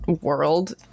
world